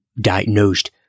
diagnosed